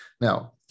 Now